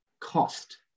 cost